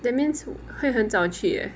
that means 会会很早去 leh